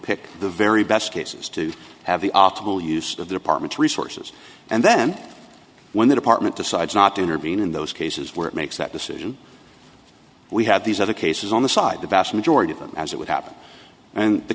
pick the very best cases to have the optimal use of the department's resources and then when the department decides not to intervene in those cases where it makes that decision we have these other cases on the side the vast majority of them as it would happen and the